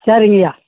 சரிங்கய்யா